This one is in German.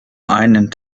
einen